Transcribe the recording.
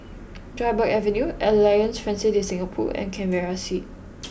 Dryburgh Avenue Alliance Francaise de Singapour and Canberra Street